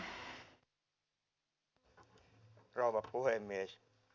arvoisa rouva puhemies